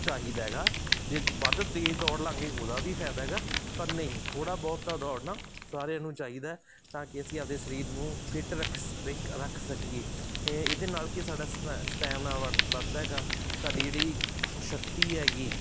ਚਾਹੀਦਾ ਹੈਗਾ ਜੇ ਵੱਧ ਤੇਜ਼ ਦੌੜ ਲਾਵਾਂਗੇ ਉਹਦਾ ਵੀ ਫਾਇਦਾ ਹੈਗਾ ਪਰ ਨਹੀਂ ਥੋੜ੍ਹਾ ਬਹੁਤਾ ਦੌੜਨਾ ਸਾਰਿਆਂ ਨੂੰ ਚਾਹੀਦਾ ਤਾਂ ਕਿ ਅਸੀਂ ਆਪਦੇ ਸਰੀਰ ਨੂੰ ਫਿਟ ਰੱਖ ਸ਼ ਰਕ ਰੱਖ ਸਕੀਏ ਇਹਦੇ ਨਾਲ ਕਿ ਸਾਡਾ ਸ ਸਟੈਮਿਨਾ ਵ ਵੱਧਦਾ ਹੈਗਾ ਸਾਡੀ ਜਿਹੜੀ ਸ਼ਕਤੀ ਹੈਗੀ